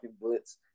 blitz